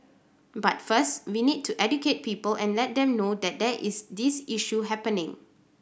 but first we need to educate people and let them know that there is this issue happening